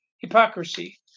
hypocrisy